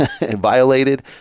violated